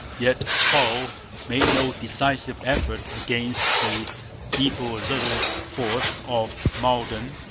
yet hull made no decisive effort against the feeble little fort of malden,